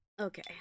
okay